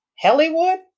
Hollywood